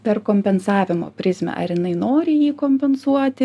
per kompensavimo prizmę ar jinai nori jį kompensuoti